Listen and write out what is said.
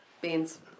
Beans